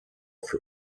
für